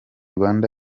rwanda